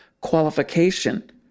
qualification